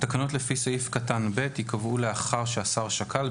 (ג)תקנות לפי סעיף קטן (ב) ייקבעו לאחר שהשר שקל,